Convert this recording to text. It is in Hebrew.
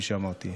כפי שאמרתי,